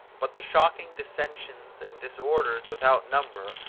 but the shocking dissensions and disorders without number,